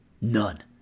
None